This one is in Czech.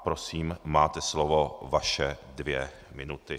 Prosím, máte slovo, vaše dvě minuty.